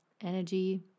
energy